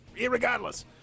irregardless